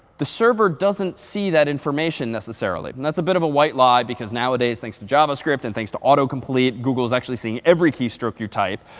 the server doesn't see that information necessarily. and that's a bit of a white lie, because nowadays thanks to javascript and thanks to autocomplete, google's actually seeing every keystroke you type.